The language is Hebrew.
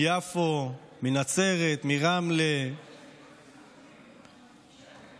מיפו, מנצרת, מרמלה, מלוד,